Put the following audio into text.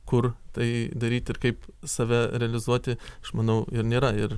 kur tai daryt ir kaip save realizuoti aš manau ir nėra ir